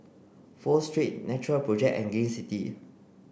Pho Street Natural project and Gain City